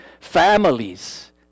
families